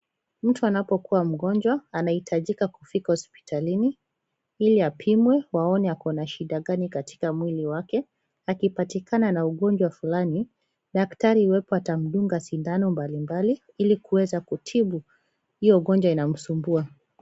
Mtu anapokuwa mgonjwa anahitajika kufika hospitalini ili apimwe waone akona shida gani katika mwili wake. Akipatikana na ugonjwa fulani daktari wake atamdunga sindano mbalimbali ili kuweza kutibu hio ugonjwa inamsumbua.